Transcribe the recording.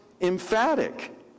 emphatic